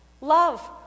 Love